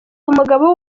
umugabo